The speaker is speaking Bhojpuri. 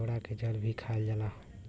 केवड़ा के जल भी खायल जाला